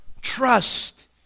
trust